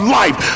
life